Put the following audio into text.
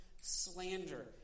slander